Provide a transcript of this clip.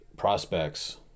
Prospects